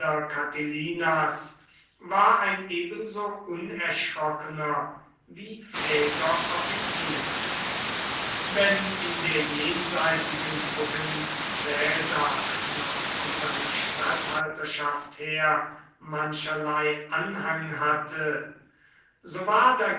catilinas war ein ebenso unerschrockener wie fähiger offizier wenn in der jenseitigen provinz caesar noch von seiner statthalterschaft her mancherlei anhang hatte so war